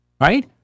right